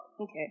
Okay